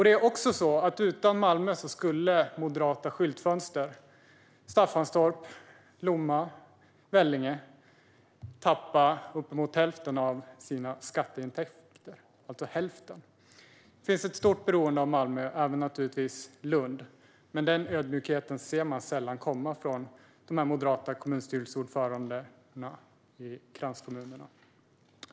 Det är också så att utan Malmö skulle moderata skyltfönster som Staffanstorp, Lomma och Vellinge tappa uppemot hälften av sina skatteintäkter. Det finns ett stort beroende av Malmö och naturligtvis även Lund. Men den ödmjukheten ser man sällan från de moderata kommunstyrelseordförandena i kranskommunerna.